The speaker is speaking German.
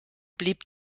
blieb